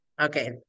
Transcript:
Okay